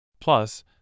Plus